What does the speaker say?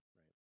right